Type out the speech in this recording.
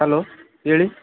hello ಹೇಳಿ